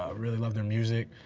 ah really love their music.